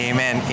Amen